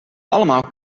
allemaal